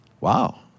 Wow